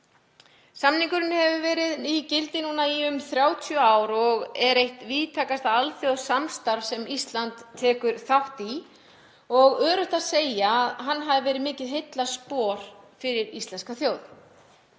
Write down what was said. Samningurinn hefur verið í gildi núna í um 30 ár og er eitt víðtækasta alþjóðasamstarf sem Ísland tekur þátt í og öruggt að segja að hann hafi verið mikið heillaspor fyrir íslenska þjóð.